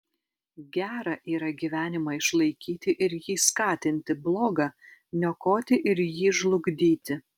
gera yra gyvenimą išlaikyti ir jį skatinti bloga niokoti ir jį žlugdyti